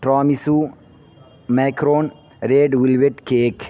tiramisu macaron red velvet cake